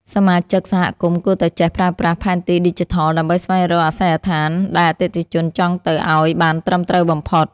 សមាជិកសហគមន៍គួរតែចេះប្រើប្រាស់ផែនទីឌីជីថល ដើម្បីស្វែងរកអាសយដ្ឋានដែលអតិថិជនចង់ទៅឱ្យបានត្រឹមត្រូវបំផុត។